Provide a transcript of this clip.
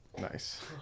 Nice